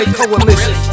coalition